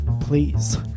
Please